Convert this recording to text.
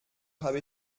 habe